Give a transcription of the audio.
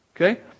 Okay